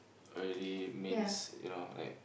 already means you know like